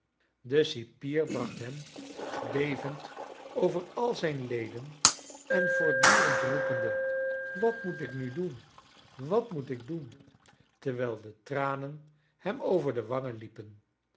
de cipier bracht hem bevend over al zijn leden en voortdurend roepende wat moet ik nu doen wat moet ik doenl terwijl de tranen hem over de wangen liepen